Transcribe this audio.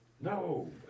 No